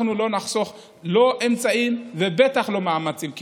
אנחנו לא נחסוך, לא באמצעים ובטח לא במאמצים כנים.